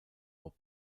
bob